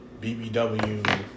BBW